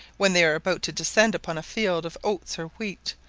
when they are about to descend upon a field of oats or wheat,